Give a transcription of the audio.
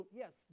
yes